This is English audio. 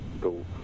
go